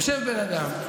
יושב בן אדם,